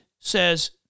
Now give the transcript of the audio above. says